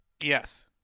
Yes